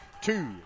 Two